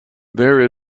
there